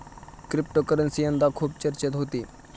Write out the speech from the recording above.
cryptocurrency यंदा खूप चर्चेत होती